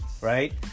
Right